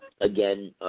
again